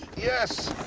yes!